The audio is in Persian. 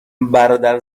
برادر